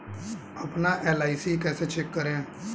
अपना एल.आई.सी कैसे चेक करें?